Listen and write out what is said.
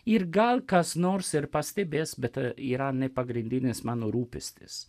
ir gal kas nors ir pastebės bet yra pagrindinis mano rūpestis